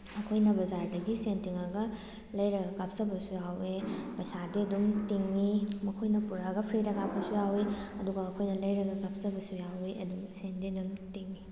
ꯑꯩꯈꯣꯏꯅ ꯕꯖꯥꯔꯗꯒꯤ ꯁꯦꯟ ꯇꯤꯡꯉꯒ ꯂꯩꯔꯒ ꯀꯥꯞꯆꯕꯁꯨ ꯌꯥꯎꯋꯦ ꯄꯩꯁꯥꯗꯤ ꯑꯗꯨꯝ ꯇꯤꯡꯉꯤ ꯃꯈꯣꯏꯅ ꯄꯨꯔꯛꯑꯒ ꯐ꯭ꯔꯤꯗ ꯀꯥꯞꯄꯁꯨ ꯌꯥꯎꯏ ꯑꯗꯨꯒ ꯑꯩꯈꯣꯏꯅ ꯂꯩꯔꯒ ꯀꯥꯞꯆꯕꯁꯨ ꯌꯥꯎꯏ ꯑꯗꯨꯝ ꯁꯦꯟꯗꯤ ꯑꯗꯨꯝ ꯇꯤꯡꯉꯤ